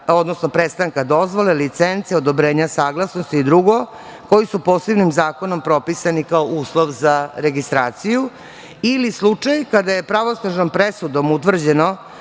odnosno prestanka dozvole, licence, odobrenja, saglasnosti i drugo, koji su posebnim zakonom propisani kao uslov za registraciju ili slučaj kada je pravosnažnom presudom utvrđeno